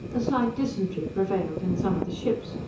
a slight dysentery prevailed in some of the ships,